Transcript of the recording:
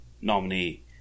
nominee